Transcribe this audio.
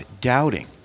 doubting